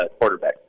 quarterback